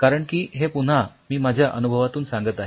कारण की हे पुन्हा मी माझ्या अनुभवातून सांगत आहे